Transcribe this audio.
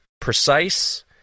precise